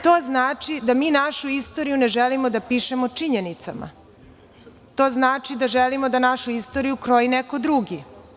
To znači da mi našu istoriju ne želimo da pišemo činjenicama, to znači da želimo da našu istoriju kroji neko drugo.